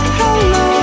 hello